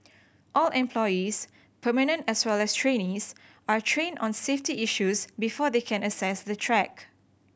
all employees permanent as well as trainees are trained on safety issues before they can access the track